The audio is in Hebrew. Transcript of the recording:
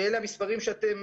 ואלה המספרים שאתם